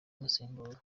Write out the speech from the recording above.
umusimbura